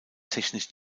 technisch